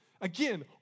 again